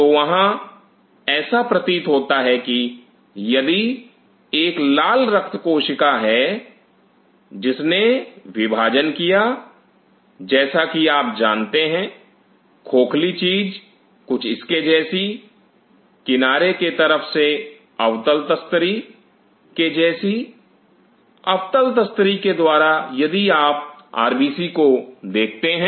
तो वहां ऐसा प्रतीत होता है कि यदि एक लाल रक्त कोशिका है जिसने विभाजन किया जैसा कि आप जानते हैं खोखली चीज कुछ इसके जैसी किनारे की तरफ से अवतल तस्तरी के जैसी अवतल तस्तरी के द्वारा यदि आप आरबीसी को देखते हैं